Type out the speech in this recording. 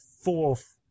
fourth